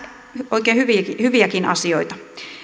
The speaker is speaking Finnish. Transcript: oikein hyviäkin hyviäkin asioita